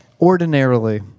Ordinarily